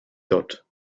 dot